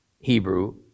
Hebrew